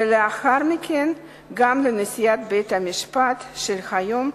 ולאחר מכן גם לנשיאת בית-המשפט של היום,